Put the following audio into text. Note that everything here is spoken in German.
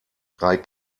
drei